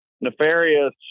nefarious